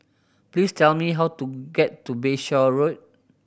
please tell me how to get to Bayshore Road